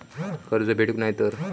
कर्ज फेडूक नाय तर?